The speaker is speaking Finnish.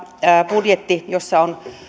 budjetti jossa on määrärahoja